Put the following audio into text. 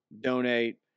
donate